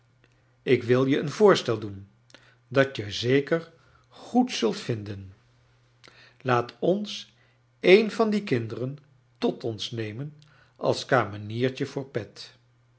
ik wil je een voorstel doen dat je zeker goed zult vinden laat ns een van die kinderen tot ons nemen als kameniertje voor pet